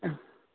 ఆ